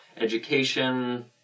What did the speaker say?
education